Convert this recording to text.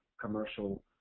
commercial